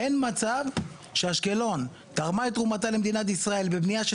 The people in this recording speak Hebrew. אין מצב שאשקלון תרמה את תרומתה למדינת ישראל בבנייה של